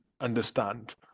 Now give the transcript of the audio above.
understand